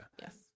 Yes